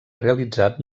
realitzat